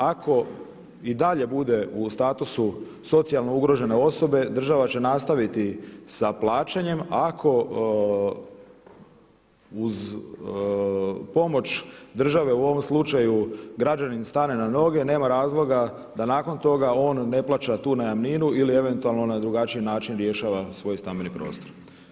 Ako i dalje bude u statusu socijalno ugrožene osobe država će nastaviti sa plaćanjem, ako uz pomoć države u ovom slučaju građanin stane na noge nema razloga da nakon toga on ne plaća tu najamninu ili eventualno na drugačiji način rješava svoj stambeni prostor.